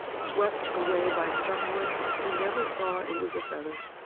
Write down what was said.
swept away by someone who never saw it was a feather.